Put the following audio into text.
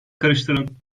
karıştırın